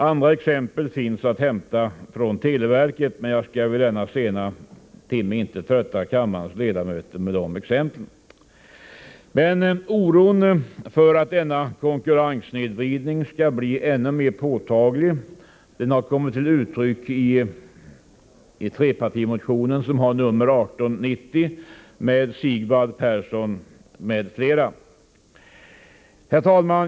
Andra exempel finns att hämta från televerket, men jag skall vid denna sena timme inte trötta kammarens ledamöter med de exemplen. Oron för att denna konkurrenssnedvridning skall bli ännu mer påtaglig har kommit till uttryck i trepartimotionen nr 1890, undertecknad av Sigvard Persson m.fl. Herr talman!